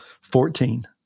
Fourteen